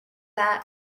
that